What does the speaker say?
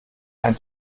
einen